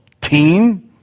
teen